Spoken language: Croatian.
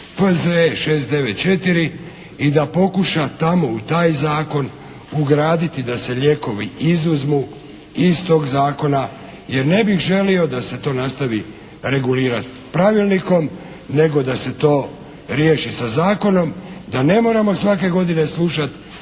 P.Z.E. 694 i da pokuša tamo u taj zakon ugraditi da se lijekovi izuzmu iz tog zakona jer ne bih želio da se to nastavi regulirati pravilnikom nego da se to riješi sa zakonom da ne moramo svake godine slušati